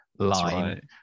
line